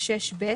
ו-6(ב),